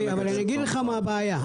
אני אגיד לך מה הבעיה.